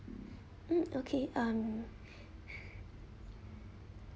mm okay um